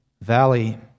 valley